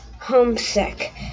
homesick